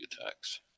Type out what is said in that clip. attacks